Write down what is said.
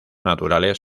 naturales